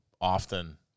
often